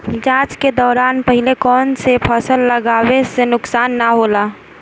जाँच के दौरान पहिले कौन से फसल लगावे से नुकसान न होला?